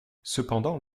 cependant